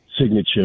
signature